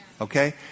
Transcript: Okay